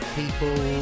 people